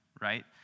right